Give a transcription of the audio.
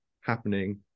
happening